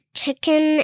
chicken